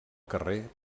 carrer